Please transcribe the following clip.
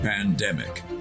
Pandemic